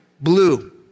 blue